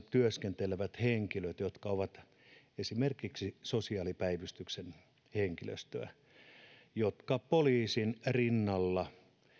työskentelevät henkilöt jotka ovat esimerkiksi sosiaalipäivystyksen henkilöstöä jotka poliisin rinnalla